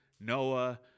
Noah